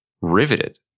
riveted